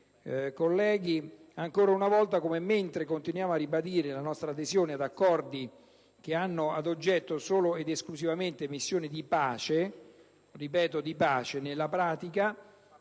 volta, cari colleghi, come, mentre continuiamo a ribadire la nostra adesione ad accordi che hanno ad oggetto solo ed esclusivamente missioni di pace - ripeto: di pace - nella pratica